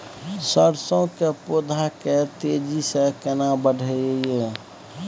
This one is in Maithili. सरसो के पौधा के तेजी से केना बढईये?